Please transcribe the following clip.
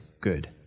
good